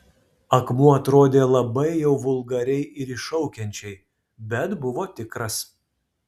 akmuo atrodė labai jau vulgariai ir iššaukiančiai bet buvo tikras